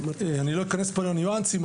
אני לא אכנס פה לניואנסים,